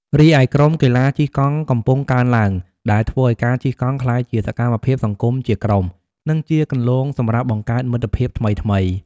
រីឯក្រុមកីឡាជិះកង់កំពុងកើនឡើង ដែលធ្វើឲ្យការជិះកង់ក្លាយជាសកម្មភាពសង្គមជាក្រុម និងជាគន្លងសម្រាប់បង្កើតមិត្តភាពថ្មីៗ។